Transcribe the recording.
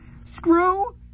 Screw